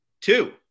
Two